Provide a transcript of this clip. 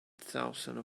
thousands